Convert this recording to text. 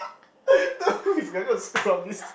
don't we better not screw up this